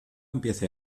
empiece